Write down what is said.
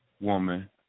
woman